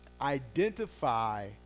Identify